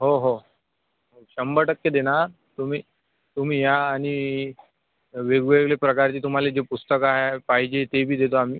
हो हो शंभर टक्के देणार तुम्ही तुम्ही या आणि वेगवेगळे प्रकारची तुम्हाला जी पुस्तकं आहे पाहिजे ते बी देतो आम्ही